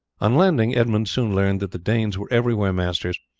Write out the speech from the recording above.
on landing, edmund soon learned that the danes were everywhere masters,